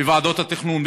בוועדות התכנון,